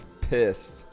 pissed